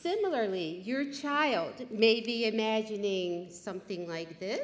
similarly your child may be imagining something like this